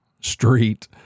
street